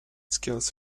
scales